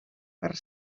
per